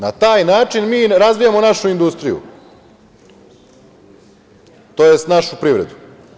Na taj način mi razvijamo našu industriju, tj. našu privredu.